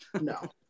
No